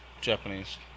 Japanese